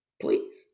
Please